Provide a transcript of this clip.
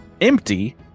empty